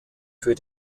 für